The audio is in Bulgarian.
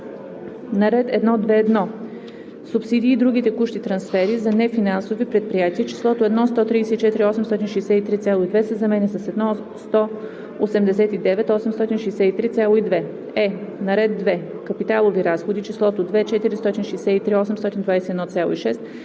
на ред 1.2.1. „Субсидии и други текущи трансфери за нефинансови предприятия“ числото „1 134 863,2“ се заменя с „1 189 863,2“. е) на ред 2. „Капиталови разходи“ числото „2 463 821,6“